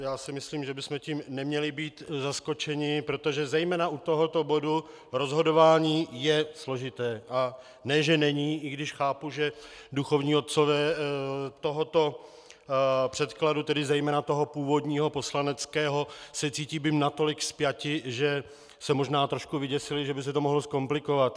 Já si myslím, že bychom tím neměli být zaskočeni, protože zejména u tohoto bodu rozhodování je složité a ne že není, i když chápu, že duchovní otcové tohoto předkladu, tedy zejména toho původního poslaneckého, se cítí být natolik spjati, že se možná trošku vyděsili, že by se to mohlo zkomplikovat.